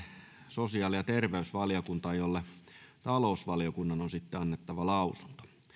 sosiaali ja terveysvaliokuntaan jolle talousvaliokunnan on annettava lausunto